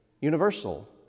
universal